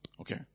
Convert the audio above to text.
Okay